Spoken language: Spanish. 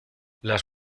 las